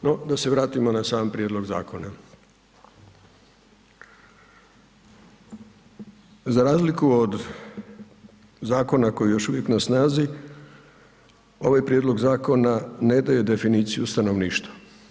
No da se vratimo na sam prijedlog zakona. za razliku od zakona koji je još uvijek na snazi, ovaj prijedlog zakona ne daje definiciju stanovništva.